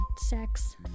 sex